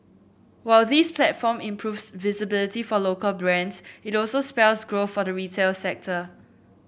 while this platform improves visibility for local brands it also spells growth for the retail sector